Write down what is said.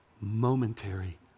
momentary